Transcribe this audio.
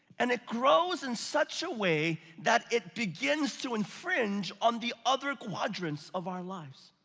and it grows in such a way that it begins to infringe on the other quadrants of our lives.